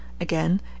Again